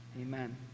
amen